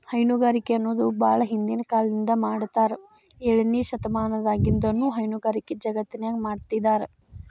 ಹೈನುಗಾರಿಕೆ ಅನ್ನೋದು ಬಾಳ ಹಿಂದಿನ ಕಾಲದಿಂದ ಮಾಡಾತ್ತಾರ ಏಳನೇ ಶತಮಾನದಾಗಿನಿಂದನೂ ಹೈನುಗಾರಿಕೆ ಜಗತ್ತಿನ್ಯಾಗ ಮಾಡ್ತಿದಾರ